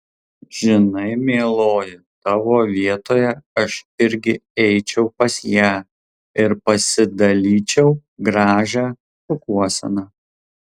žinai mieloji tavo vietoje aš irgi eičiau pas ją ir pasidalyčiau gražią šukuoseną